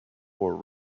four